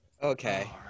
Okay